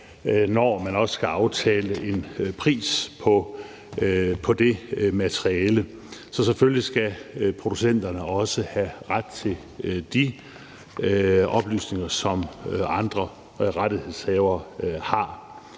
når man skal aftale en pris på det materiale, så selvfølgelig skal producenterne også have ret til de oplysninger, som andre rettighedshavere har.